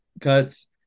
cuts